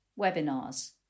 webinars